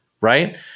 right